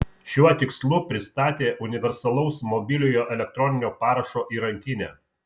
šiuo tikslu pristatė universalaus mobiliojo elektroninio parašo įrankinę